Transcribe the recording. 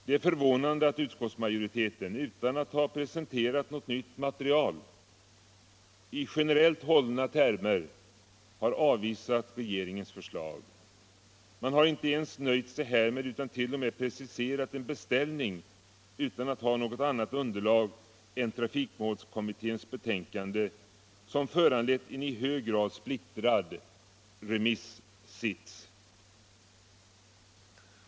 Det är förvånande att utskottsmajoriteten — utan att ha presenterat något nytt material — i generellt hållna termer har avvisat regeringens förslag. Man har inte en nöjt sig härmed utan t.o.m. preciserat en beställning utan att ha något annat underlag än trafikmålskommitténs betänkande, som föranlett en i hög grad splittrad remissits.